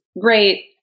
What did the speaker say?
great